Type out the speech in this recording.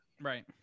Right